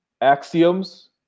axioms